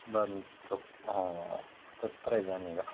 ಬಂತು ಹ್ಞೂ ಹತ್ತತ್ರ ಇದಾನೀಗ